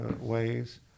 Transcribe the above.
ways